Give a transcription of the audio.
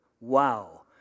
Wow